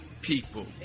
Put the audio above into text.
people